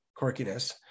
quirkiness